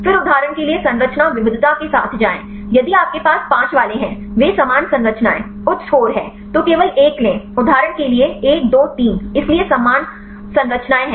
फिर उदाहरण के लिए संरचना विविधता के साथ जाएं यदि आपके पास 5 वाले हैं वे समान संरचनाएं उच्च स्कोर हैं तो केवल 1 ले उदाहरण के लिए 1 2 3 इसलिए समान संरचनाएं हैं